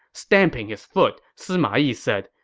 stamping his foot, sima yi said,